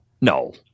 No